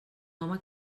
home